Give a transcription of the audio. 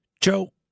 Joe